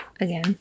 again